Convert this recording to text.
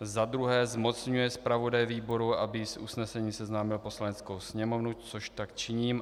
Za druhé zmocňuje zpravodaje výboru, aby s usnesením seznámil Poslaneckou sněmovnu, což tak činím.